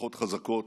משפחות חזקות,